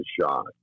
shot